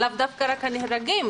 לאו דווקא רק הנהרגים.